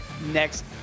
next